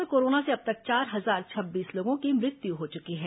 प्रदेश में कोरोना से अब तक चार हजार छब्बीस लोगों की मृत्यु हो चुकी है